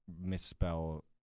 misspell